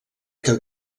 que